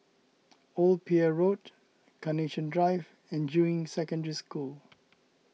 Old Pier Road Carnation Drive and Juying Secondary School